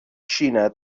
xina